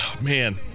Man